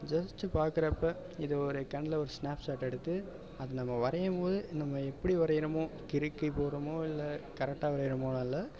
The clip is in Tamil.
ஜஸ்ட்டு பார்க்கறப்ப இதை ஒரு கண்ணில் ஒரு ஸ்னாப் ஷாட் எடுத்து அது நம்ம வரையும் போது நம்ம எப்படி வரையணுமோ கிறுக்கி போடுறோமோ இல்லை கரெக்டாக வரைகிறோமோ இல்லை